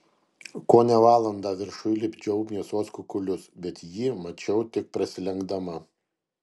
kone valandą viršuj lipdžiau mėsos kukulius bet jį mačiau tik prasilenkdama